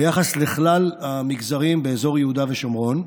ביחס לכלל המגזרים באזור יהודה ושומרון.